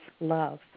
love